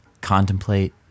contemplate